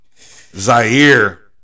Zaire